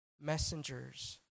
messengers